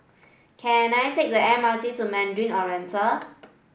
can I take the M R T to Mandarin Oriental